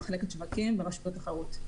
במחלקת שווקים ברשות התחרות.